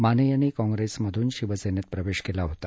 माने यांनी काँप्रेसमधून शिवसेनेत प्रवेश केला होता